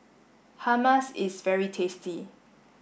hummus is very tasty